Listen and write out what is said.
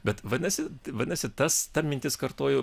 bet vadinasi vadinasi tas ta mintis kartoju